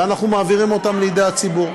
ואנחנו מעבירים אותם לידי הציבור.